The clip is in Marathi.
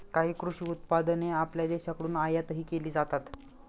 काही कृषी उत्पादने आपल्या देशाकडून आयातही केली जातात